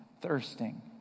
thirsting